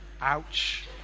Ouch